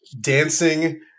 dancing